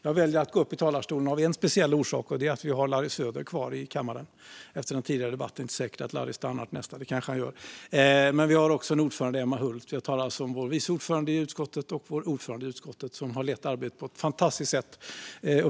Jag väljer att gå upp talarstolen nu av en speciell orsak, och det är att vi har Larry Söder kvar i kammaren efter den tidigare debatten. Det är inte säkert att Larry stannar till nästa; det kanske han gör. Vi har också Emma Hult här. Jag talar alltså om vår vice ordförande i utskottet och vår ordförande i utskottet, som har lett arbetet på ett fantastiskt sätt.